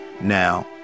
Now